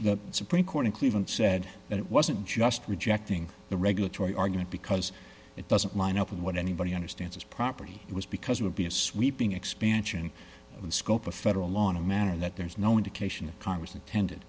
the supreme court in cleveland said that it wasn't just rejecting the regulatory argument because it doesn't line up with what anybody understands as property was because it would be a sweeping expansion of the scope of federal law in a manner that there's no indication that congress intend